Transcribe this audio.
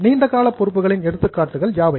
நீண்டகால பொறுப்புகளின் எடுத்துக்காட்டுகள் யாவை